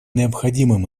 необходимым